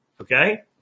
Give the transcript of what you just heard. okay